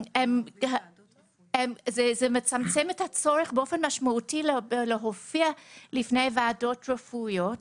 זה מצמצם באופן משמעותי את הצורך להופיע בפני ועדות רפואיות.